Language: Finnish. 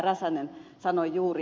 räsänen sanoi juuri